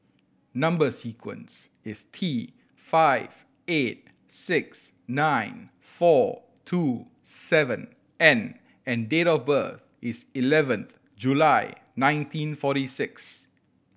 number sequence is T five eight six nine four two seven N and date of birth is eleventh July nineteen forty six